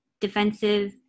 defensive